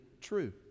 true